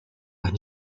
when